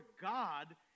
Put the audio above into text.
God